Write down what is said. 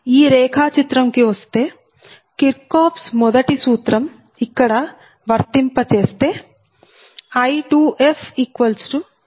ఈ రేఖ చిత్రం కి వస్తే కిర్చ్చోఫ్స్ kirchoff's మొదటి సూత్రం ఇక్కడ వర్తింప చేస్తే I2fI24I21I23